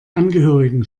angehörigen